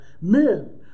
Men